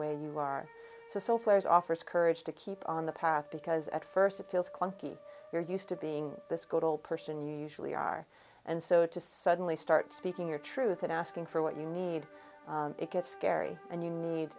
way you are so selfless offers courage to keep on the path because at first it feels clunky you're used to being this good old person you usually are and so to suddenly start speaking your truth and asking for what you need it gets scary and you need